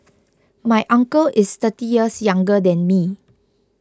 my uncle is thirty years younger than me